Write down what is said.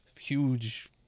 huge